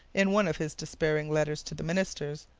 in one of his despairing letters to the minister,